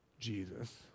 Jesus